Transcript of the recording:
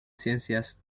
ciencias